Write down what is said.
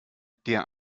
der